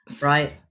right